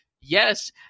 Yes